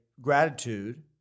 gratitude